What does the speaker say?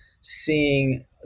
seeing